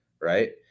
right